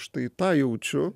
štai tą jaučiu